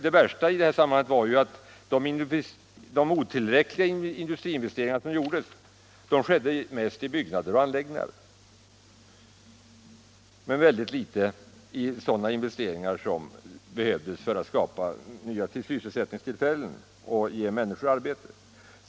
Det värsta i detta sammanhang var att dessa otillräckliga industriinvesteringar mest gjordes i byggnader och anläggningar, men mycket litet i sådant som behövdes för att skapa nya sysselsättningstillfällen och ge människor arbete.